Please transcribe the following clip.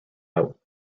out